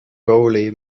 goalie